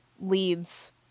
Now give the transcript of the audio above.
leads